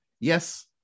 Yes